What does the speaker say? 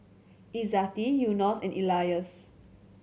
Izzati Yunos and Elyas